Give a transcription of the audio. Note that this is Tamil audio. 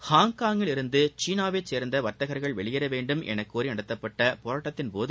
ஹாங்காங்கில் சீனாவைச் சேர்ந்த வர்த்தகர்கள் வெளியேற வேண்டும் என கோரி நடத்தப்பட்ட போராட்டத்தின் போது